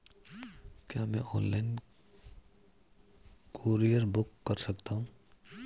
क्या मैं online courier book कर सकता हूँ?